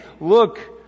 look